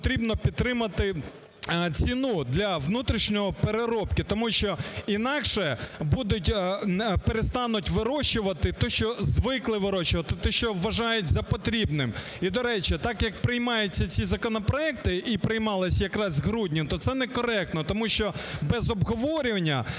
потрібно підтримати ціну для внутрішньої переробки, тому що інакше будуть… перестануть вирощувати те, що звикли вирощувати, те, що вважають за потрібне. І, до речі, так, як приймаються ці законопроекти і приймалися якраз у грудні, то це некоректно, тому що без обговорювання